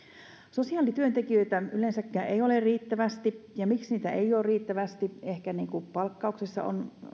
sosiaalityöntekijöitä yleensäkään ei ole riittävästi miksi heitä ei ole riittävästi ehkä palkkauksessa on